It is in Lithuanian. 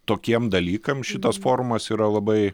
tokiem dalykam šitas forumas yra labai